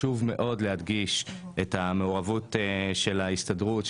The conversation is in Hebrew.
חשוב מאוד להדגיש את המעורבות של ההסתדרות,